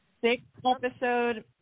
six-episode